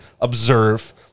observe